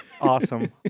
Awesome